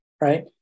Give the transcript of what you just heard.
right